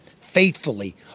faithfully